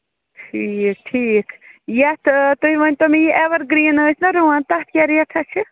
ٹھیٖک ٹھیٖک یَتھ تُہۍ ؤنۍ تو مےٚ یہِ ایٚوَر گریٖن ٲسۍ نا رُوارن تَتھ کیٛاہ ریٹھاہ چھِ